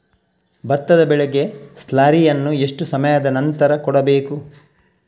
ಭತ್ತದ ಬೆಳೆಗೆ ಸ್ಲಾರಿಯನು ಎಷ್ಟು ಸಮಯದ ಆನಂತರ ಕೊಡಬೇಕು?